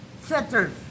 centers